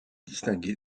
distinguer